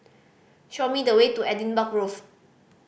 show me the way to Edinburgh Road